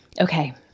Okay